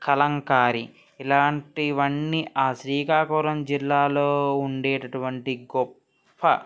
కలంకారీ ఇలాంటివన్నీ ఆ శ్రీకాకుళం జిల్లాలో ఉండేటటువంటి గొప్ప